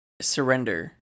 surrender